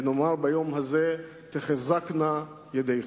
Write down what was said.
ונאמר ביום הזה: תחזקנה ידיכם.